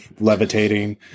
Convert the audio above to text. levitating